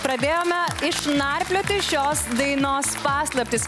pradėjome išnarplioti šios dainos paslaptis